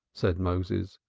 said moses.